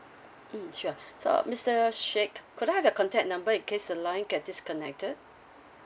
mm sure so mister sheikh could I have your contact number in case the line get disconnected